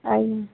ଆଜ୍ଞା